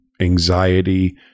anxiety